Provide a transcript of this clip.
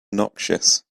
noxious